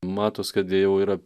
matos kad jie jau yra